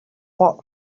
what